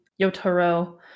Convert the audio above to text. Yotaro